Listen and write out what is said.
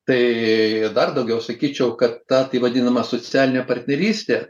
tai dar daugiau sakyčiau kad ta taip vadinama socialinė partnerystė